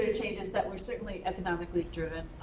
and changes that were certainly economically driven